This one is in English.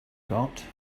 got